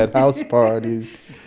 had house parties.